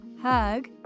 hug